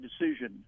decision